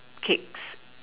cakes